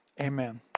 Amen